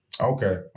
Okay